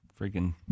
freaking